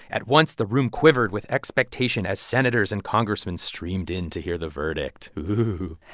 at once, the room quivered with expectation as senators and congressmen streamed in to hear the verdict ooooh